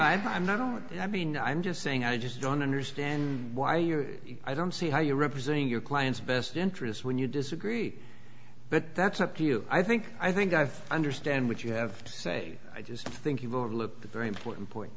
i'm not on i mean i'm just saying i just don't understand why you're i don't see how you're representing your client's best interest when you disagree but that's up to you i think i think i understand what you have to say i just think